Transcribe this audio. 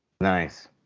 Nice